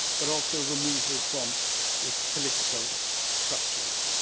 but also removal from its political structures.